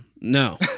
No